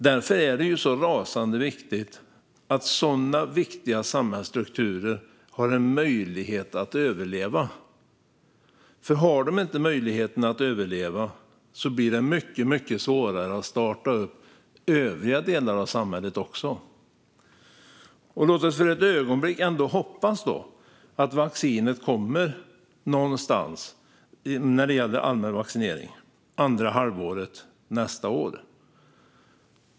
Därför är det så rasande viktigt att sådana viktiga samhällsstrukturer har en möjlighet att överleva. Har de inte det blir det mycket svårare att starta om övriga delar av samhället. Låt oss för ett ögonblick ändå hoppas att vaccinet kommer så att allmän vaccinering kan ske någonstans under andra halvåret nästa år.